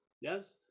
Yes